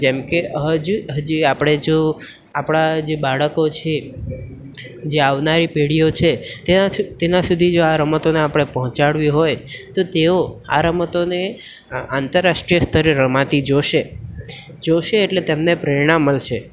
જેમકે હજ હજી આપણે જો આપણાં જે બાળકો છે જે આવનારી પેઢીઓ છે ત્યાં સ તેના સુધી આ રમતોને આપણે પહોંચાડવી હોય તો તેઓ આ રમતોને આંતરરાષ્ટ્રીય સ્તરે રમાતી જોશે જોશે એટલે તેમને પ્રેરણા મળશે